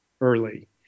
early